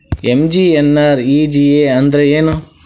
MGNREGA ಅಂದ್ರೆ ಏನು?